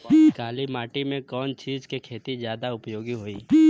काली माटी में कवन चीज़ के खेती ज्यादा उपयोगी होयी?